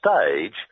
stage